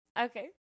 okay